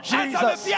Jesus